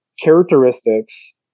characteristics